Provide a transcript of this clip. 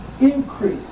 increase